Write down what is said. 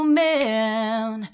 man